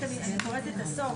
אני קוראת את הסוף.